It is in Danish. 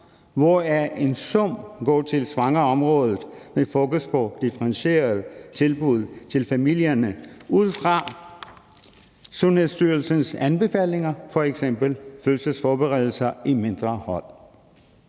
hvoraf en sum går til svangreområdet med fokus på differentierede tilbud til familierne ud fra Sundhedsstyrelsens anbefalinger, f.eks. fødselsforberedelse i mindre hold.